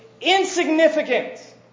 insignificant